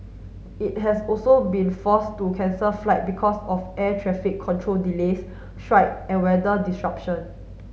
it has also been forced to cancel flight because of air traffic control delays strike and weather disruption